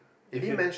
if you